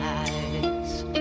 eyes